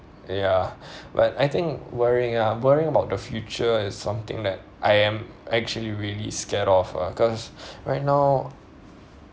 ya but I think worrying ah worrying about the future is something that I am actually really scared of uh cause right now